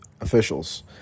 officials